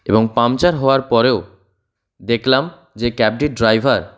এবং পাংচার হওয়ার পরেও দেখলাম যে ক্যাবটির ড্রাইভার